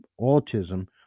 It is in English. autism